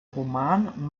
roman